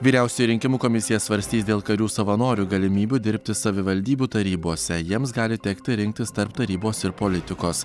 vyriausioji rinkimų komisija svarstys dėl karių savanorių galimybių dirbti savivaldybių tarybose jiems gali tekti rinktis tarp tarybos ir politikos